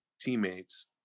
teammates